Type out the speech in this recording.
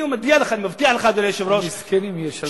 אני מבטיח לך, אדוני היושב-ראש, הזקנים ישלמו.